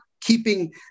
keeping